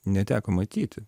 neteko matyti